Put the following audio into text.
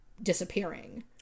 disappearing